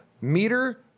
meter